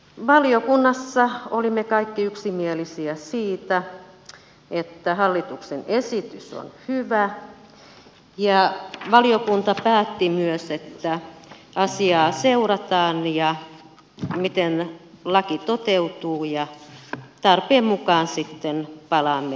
valiokunnassa olimme kaikki yksimielisiä siitä että hallituksen esitys on hyvä ja valiokunta päätti myös että asiaa seurataan miten laki toteutuu ja tarpeen mukaan sitten palaamme asiaan uudelleen